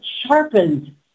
sharpened